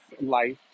life